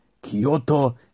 Kyoto